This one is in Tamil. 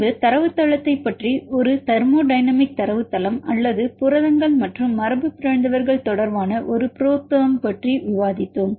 பின்பு தரவுத்தளத்தைப் பற்றி ஒரு தெர்மோடைனமிக் தரவுத்தளம் அல்லது புரதங்கள் மற்றும் மரபுபிறழ்ந்தவர்கள் தொடர்பான ஒரு புரோதெர்ம் பற்றி விவாதித்தோம்